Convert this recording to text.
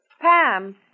Pam